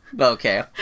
Okay